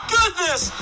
goodness